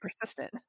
persistent